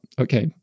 okay